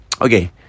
Okay